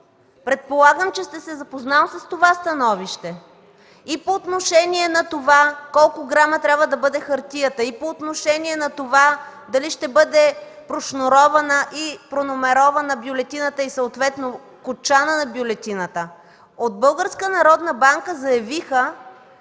Предполагам, че сте се запознали с това становище и по отношение на това колко грама трябва да бъде хартията, и по отношение на това дали ще бъде прошнурована и прономерована бюлетината и съответно кочанът на бюлетината. От Българската